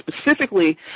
specifically